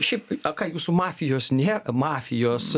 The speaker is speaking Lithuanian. šiaip ką jūsų mafijos nėr mafijos